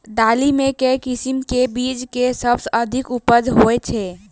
दालि मे केँ किसिम केँ बीज केँ सबसँ अधिक उपज होए छै?